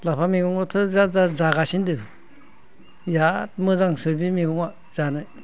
लाफा मैगंआथ' दा जागासिनो दं बिराद मोजांसो बे मैगंआ जानो